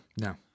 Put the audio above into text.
No